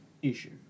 issue